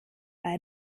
bei